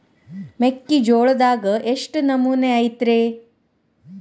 ಮೆಕ್ಕಿಜೋಳದಾಗ ಎಷ್ಟು ನಮೂನಿ ಐತ್ರೇ?